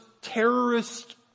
terrorist